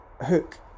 hook